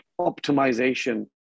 optimization